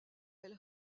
elle